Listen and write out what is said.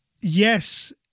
yes